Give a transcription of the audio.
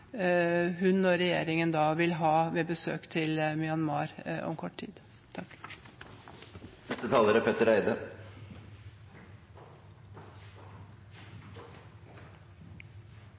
hun og regjeringen vil ha til Myanmar om kort tid. Tusen takk, representant Abid Q. Raja, for at du tar opp dette. Det er